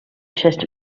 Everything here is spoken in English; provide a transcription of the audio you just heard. chest